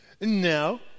No